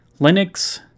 Linux